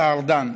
השר ארדן,